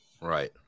Right